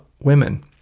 women